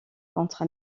contre